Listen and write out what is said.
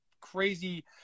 crazy